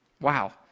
Wow